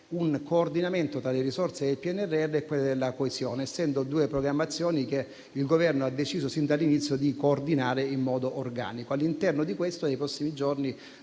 un coordinamento tra le risorse del PNRR e quelle della coesione, essendo due programmazioni che il Governo ha deciso sin dall'inizio di coordinare in modo organico. All'interno di questo, nei prossimi giorni,